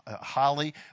Holly